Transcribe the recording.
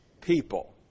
people